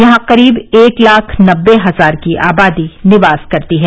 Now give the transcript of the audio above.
यहां करीब एक लाख नब्बे हजार की आबादी निवास करती है